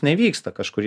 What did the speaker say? nevyksta kažkurį